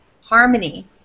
harmony